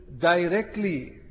directly